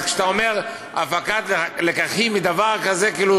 אז כשאתה אומר "הפקת לקחים" מדבר כזה, זה כאילו